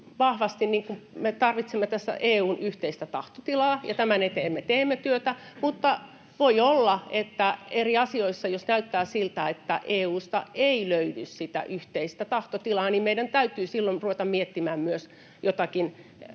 lasteja. Me tarvitsemme tässä EU:n yhteistä tahtotilaa, ja tämän eteen me teemme työtä. Mutta voi olla, että jos näyttää siltä — eri asioissa — että EU:sta ei löydy sitä yhteistä tahtotilaa, niin meidän täytyy silloin ruveta miettimään myös joitakin